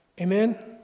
Amen